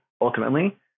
ultimately